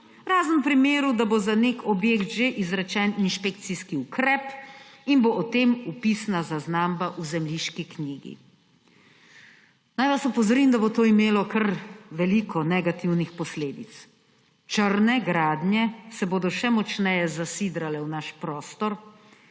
razen če bo za nek objekt že izrečen inšpekcijski ukrep in bo o tem vpisana zaznamba v zemljiški knjigi. Naj vas opozorim, da bo to imelo kar veliko negativnih posledic. Črne gradnje se bodo še močneje zasidrale v naš prostor